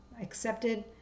accepted